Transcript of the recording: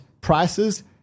prices